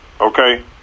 Okay